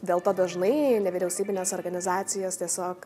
dėl to dažnai nevyriausybinės organizacijos tiesiog